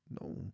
No